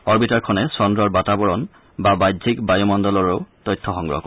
অৰ্বিটাৰখনে চন্দ্ৰৰ বাতাবৰণ বা বাহ্যিক বায়ুমণ্ডলৰো তথ্য সংগ্ৰহ কৰিব